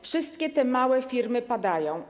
Wszystkie te małe firmy padają.